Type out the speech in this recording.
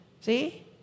See